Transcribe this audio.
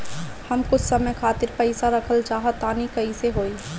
हम कुछ समय खातिर पईसा रखल चाह तानि कइसे होई?